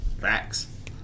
Facts